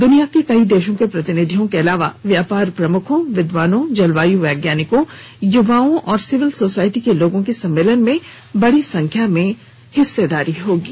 दुनिया के कई देशों के प्रतिनिधियों के अलावा व्यापार प्रमुखों विद्वानों जलवायु वैज्ञानिकों युवाओं और सिविल सोसाइटी के लोगों की सम्मेलन में बडी संख्या में भाग लेंगे